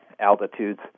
altitudes